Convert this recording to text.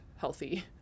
healthy